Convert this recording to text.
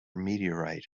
meteorite